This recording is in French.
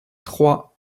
trois